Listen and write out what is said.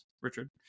richard